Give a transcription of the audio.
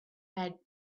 had